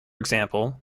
example